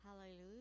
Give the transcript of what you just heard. Hallelujah